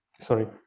sorry